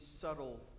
subtle